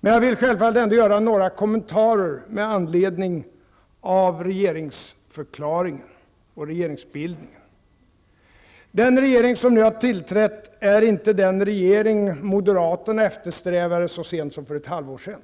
Men jag vill självfallet ändå göra några kommentarer med anledning av regeringsförklaringen och regeringsbildningen. Den regering som nu har tillträtt är inte den regering moderaterna eftersträvade så sent som för ett halvår sedan.